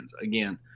Again